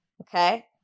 Okay